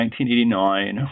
1989